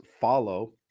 follow